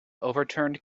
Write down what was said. overturned